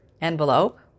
envelope